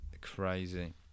crazy